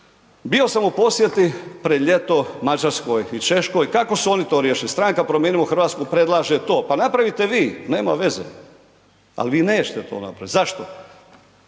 Bio sam u posjeti pred ljeto Mađarskoj i Češkoj, kako su oni to riješili? Stranka Promijenimo Hrvatsku predlaže to, pa napravite vi, nema veze, ali vi nećete to napraviti. Zašto?